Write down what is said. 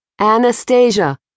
Anastasia